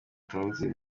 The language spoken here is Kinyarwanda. tonzi